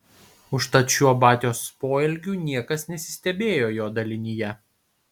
užtat šiuo batios poelgiu niekas nesistebėjo jo dalinyje